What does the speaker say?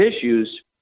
issues